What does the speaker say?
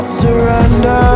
surrender